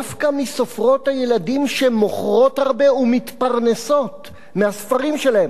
דווקא סופרות הילדים שמוכרות הרבה ומתפרנסות מהספרים שלהן,